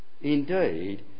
Indeed